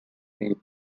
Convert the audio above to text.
trade